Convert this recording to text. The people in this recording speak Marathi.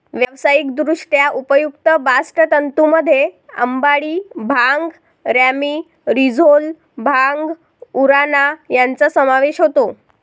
व्यावसायिकदृष्ट्या उपयुक्त बास्ट तंतूंमध्ये अंबाडी, भांग, रॅमी, रोझेल, भांग, उराणा यांचा समावेश होतो